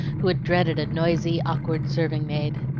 who had dreaded a noisy, awkward serving-maid.